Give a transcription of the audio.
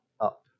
up